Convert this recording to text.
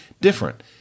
different